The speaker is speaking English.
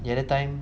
the other time